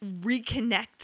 reconnect